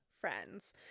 friends